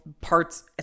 parts